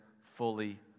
fully